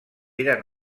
eren